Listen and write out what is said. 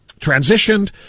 transitioned